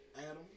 Adam